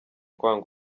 kwanga